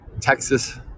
Texas